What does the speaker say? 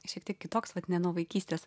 šiek tiek kitoks vat ne nuo vaikystės